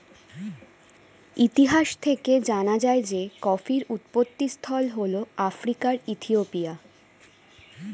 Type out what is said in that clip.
ইতিহাস থেকে জানা যায় যে কফির উৎপত্তিস্থল হল আফ্রিকার ইথিওপিয়া